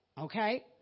Okay